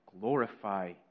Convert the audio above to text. Glorify